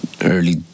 early